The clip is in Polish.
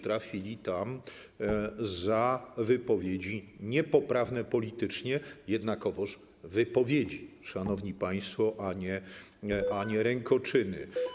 Trafili tam za wypowiedzi niepoprawne politycznie, jednakowoż wypowiedzi, szanowni państwo, a nie rękoczyny.